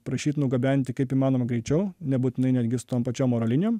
prašyt nugabenti kaip įmanoma greičiau nebūtinai netgi su tom pačiom oro linijom